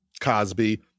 Cosby